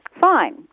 fine